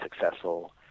successful